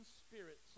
spirit